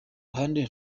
ruhande